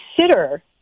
consider